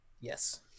Yes